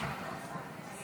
להלן